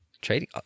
Trading